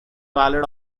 valid